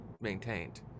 maintained